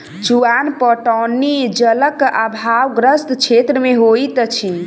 चुआन पटौनी जलक आभावग्रस्त क्षेत्र मे होइत अछि